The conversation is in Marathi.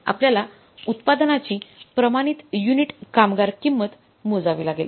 आपल्याला उत्पादनाची प्रमाणित युनिट कामगार किंमत मोजावी लागेल